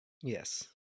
Yes